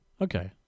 Okay